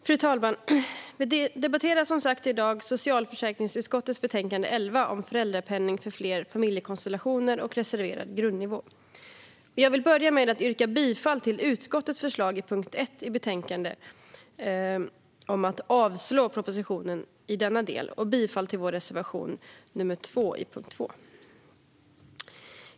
Fru talman! Vi debatterar som sagt i dag socialförsäkringsutskottets betänkande 11 om föräldrapenning för fler familjekonstellationer och reserverad grundnivå. Jag vill börja med att yrka bifall till utskottets förslag under punkt 1 i betänkandet, om att avslå propositionen i denna del, och bifall till vår reservation 2 under punkt 2.